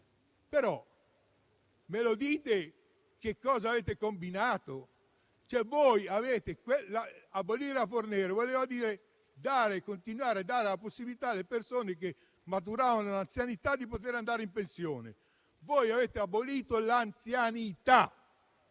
però, voi che cosa avete combinato? Abolire la legge Fornero, infatti, voleva dire continuare a dare la possibilità, alle persone che maturavano un'anzianità, di andare in pensione. Voi avete abolito l'anzianità,